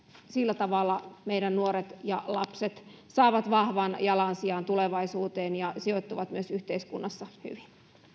sillä tavalla meidän nuoret ja lapset saavat vahvan jalansijan tulevaisuuteen ja sijoittuvat myös yhteiskunnassa hyvin